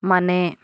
ಮನೆ